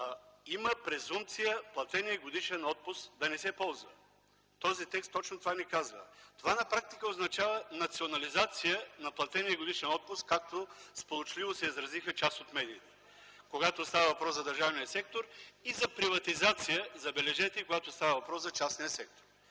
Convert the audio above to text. има презумпция платеният годишен отпуск да не се ползва. Този текст точно това ни казва. Това на практика означава национализация на платения годишен отпуск, както сполучливо се изразиха част от медиите, когато става въпрос за държавния сектор, и за приватизация, забележете, когато става въпрос за частния сектор.